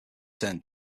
turned